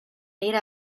made